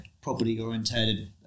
property-orientated